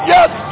Yes